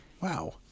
Wow